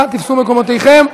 נא תפסו מקומותיכם,